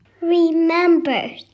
Remember